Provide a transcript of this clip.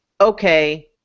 okay